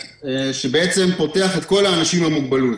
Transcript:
שבעצם פותח את כל האנשים עם מוגבלות,